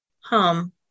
hum